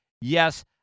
Yes